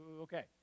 Okay